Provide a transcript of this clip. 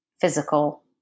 physical